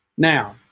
now